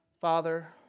Father